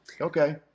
Okay